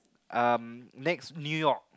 um next New-York